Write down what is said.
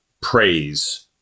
praise